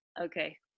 Okay